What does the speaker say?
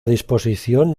disposición